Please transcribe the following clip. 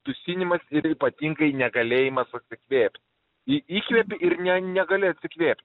dusinimas ir ypatingai negalėjimas atsikvėpt į įkvepi ir ne negali atsikvėpt